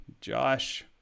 Josh